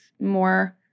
more